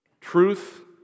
truth